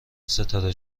ستاره